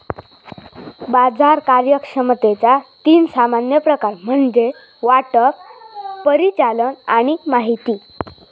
बाजार कार्यक्षमतेचा तीन सामान्य प्रकार म्हणजे वाटप, परिचालन आणि माहिती